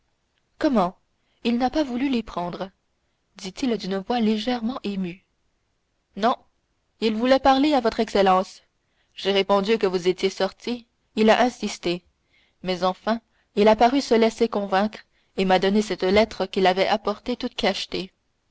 comment il n'a pas voulu les prendre dit-il d'une voix légèrement émue non il voulait parler à votre excellence j'ai répondu que vous étiez sorti il a insisté mais enfin il a paru se laisser convaincre et m'a donné cette lettre qu'il avait apportée toute cachetée